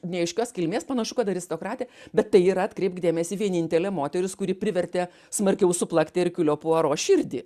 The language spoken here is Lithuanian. neaiškios kilmės panašu kad aristokratė bet tai yra atkreipk dėmesį vienintelė moteris kuri privertė smarkiau suplakti erkiulio puaro širdį